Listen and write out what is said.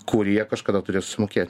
kurie kažkada turės susimokėt